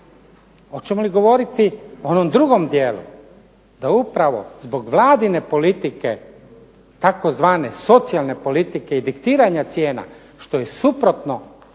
Hoćemo li govoriti o onom drugom dijelu, da upravo zbog vladine politike tzv. socijalne politike i diktiranja cijena što je suprotno